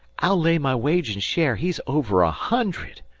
i'll lay my wage an' share he's over a hundred.